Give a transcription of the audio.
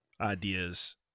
ideas